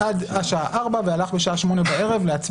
אני אומר שהוא עבד עד השעה ארבע והלך בשעה שמונה בערב להצביע.